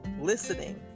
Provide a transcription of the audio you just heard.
listening